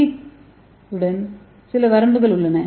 D உடன் சில வரம்புகள் உள்ளன